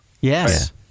Yes